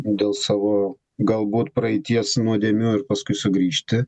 dėl savo galbūt praeities nuodėmių ir paskui sugrįžti